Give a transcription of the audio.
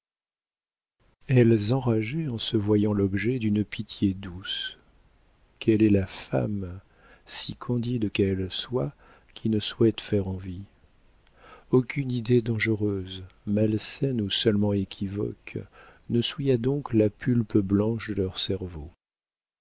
elles enrageaient en se voyant l'objet d'une pitié douce quelle est la femme si candide qu'elle soit qui ne souhaite faire envie aucune idée dangereuse malsaine ou seulement équivoque ne souilla donc la pulpe blanche de leur cerveau